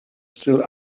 still